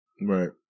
Right